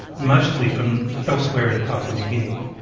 mostly from elsewhere in papua new guinea.